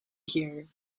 here